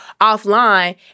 offline